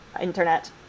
internet